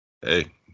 Hey